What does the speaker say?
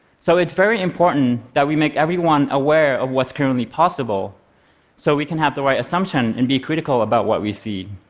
so it's very important that we make everyone aware of what's currently possible so we can have the right assumption and be critical about what we see.